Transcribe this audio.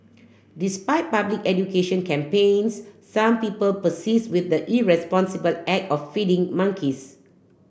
despite public education campaigns some people persist with the irresponsible act of feeding monkeys